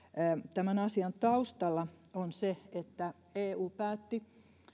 tämän asian taustalla on se että eu päätti